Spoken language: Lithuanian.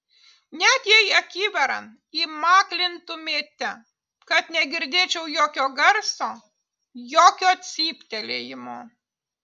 net jei akivaran įmaklintumėte kad negirdėčiau jokio garso jokio cyptelėjimo